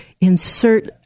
insert